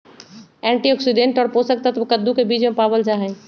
antioxidant और पोषक तत्व कद्दू के बीज में पावल जाहई